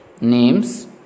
names